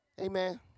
Amen